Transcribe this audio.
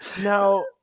Now